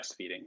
breastfeeding